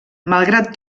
malgrat